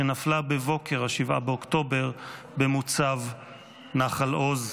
שנפלה בבוקר 7 באוקטובר במוצב נחל עוז.